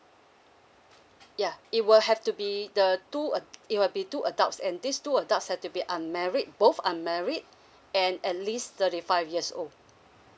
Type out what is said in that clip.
ya it will have to be the two uh it will be two adults and these two adults have to be unmarried both unmarried and at least thirty five years old